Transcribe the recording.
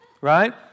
right